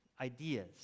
ideas